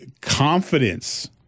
confidence